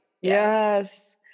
Yes